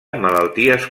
malalties